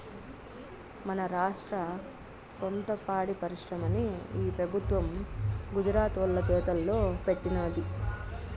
మన రాష్ట్ర సొంత పాడి పరిశ్రమని ఈ పెబుత్వం గుజరాతోల్ల చేతల్లో పెట్టినాది